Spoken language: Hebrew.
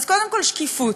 קודם כול, שקיפות.